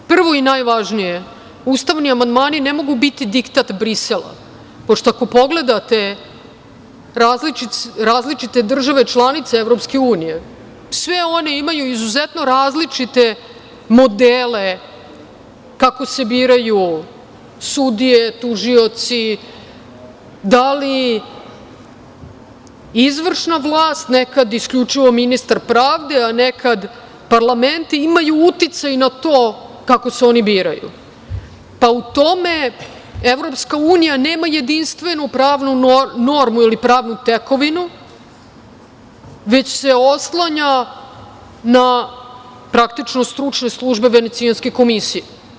Prvo i najvažnije, ustavni amandmani ne mogu biti diktat Brisela, pošto ako pogledate različite države članice EU sve one imaju izuzetno različite modele kako se biraju sudije, tužioci, da li izvršna vlast, nekad isključivo ministar pravde, a neka parlamenti imaju uticaj na to kako se oni biraju, pa u tome EU nema jedinstvenu pravnu normu ili pravnu tekovinu, već se oslanja na praktično stručne službe Venecijanske komisije.